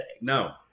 no